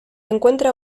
encuentra